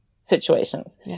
situations